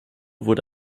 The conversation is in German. wurde